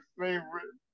favorite